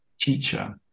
teacher